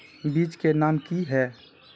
बीज के नाम की है?